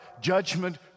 judgment